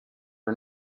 are